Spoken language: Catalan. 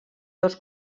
dos